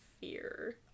fear